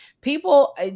People